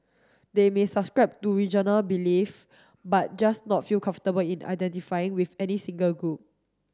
they may subscribe to belief but just not feel comfortable in identifying with any single group